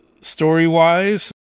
story-wise